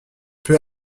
peu